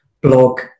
blog